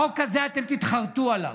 החוק הזה, אתם תתחרטו עליו.